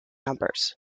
numbers